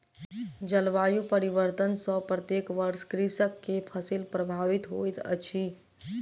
जलवायु परिवर्तन सॅ प्रत्येक वर्ष कृषक के फसिल प्रभावित होइत अछि